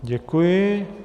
Děkuji.